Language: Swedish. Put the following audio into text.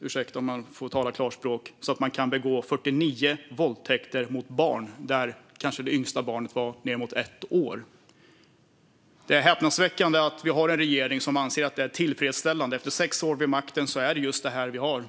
ursäkta att jag talar klarspråk - så störd i huvudet att han kan begå 49 våldtäkter mot barn, av vilka det yngsta barnet var nedåt ett år. Det är häpnadsväckande att vi har en regering som efter sex år vid makten anser att det är tillfredsställande att vi har det så här.